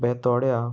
बेतोड्या